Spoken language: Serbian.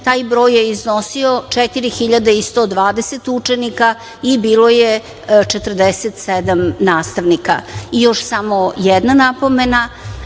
taj broj je iznosio 4.120 učenika i bilo je 47 nastavnika. Još samo jedna napomena.